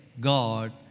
God